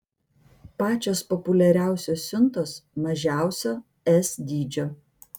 pačios populiariausios siuntos mažiausio s dydžio